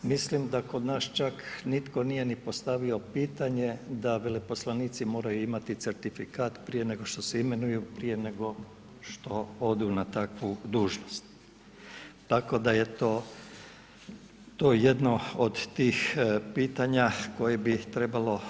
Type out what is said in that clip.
Mislim da kod nas čak nitko nije ni postavio pitanje da veleposlanici moraju imati certifikat prije nego što se imenuju, prije nego što odu na takvu dužnost, tako da je to jedno od tih pitanja koje bi trebalo